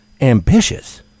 ambitious